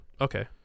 Okay